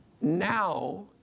now